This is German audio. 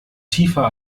tiefer